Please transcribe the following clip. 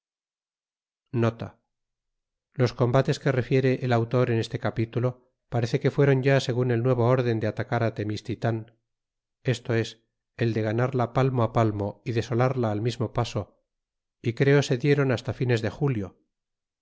los combates que refiere el autor en este capitulo parece que fueron ya segun el nuevo erclm de atac ir á temistitan esto es el de ganarla palmos palmo y desalarla al mismo nao y creo se dieron hasta fines de julio